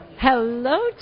Hello